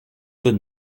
tout